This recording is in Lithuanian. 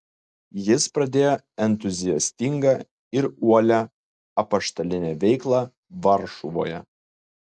jis pradėjo entuziastingą ir uolią apaštalinę veiklą varšuvoje